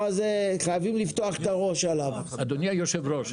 חייבים לפתוח את הראש על הדבר הזה.